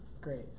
Great